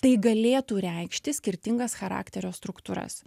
tai galėtų reikšti skirtingas charakterio struktūras